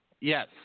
Yes